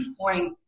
point